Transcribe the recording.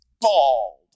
Bald